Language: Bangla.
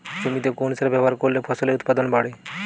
জমিতে কোন সার ব্যবহার করলে ফসলের উৎপাদন বাড়ে?